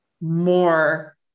more